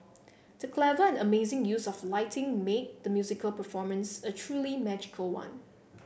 the clever and amazing use of lighting made the musical performance a truly magical one